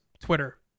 Twitter